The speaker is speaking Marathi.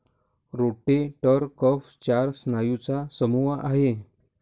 रोटेटर कफ चार स्नायूंचा समूह आहे